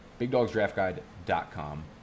BigDogsDraftGuide.com